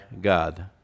God